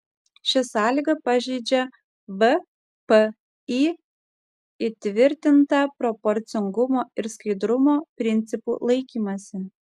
ši sąlyga pažeidžia vpį įtvirtintą proporcingumo ir skaidrumo principų laikymąsi